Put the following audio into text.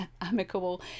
amicable